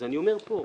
אז אני אומר פה,